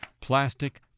plastic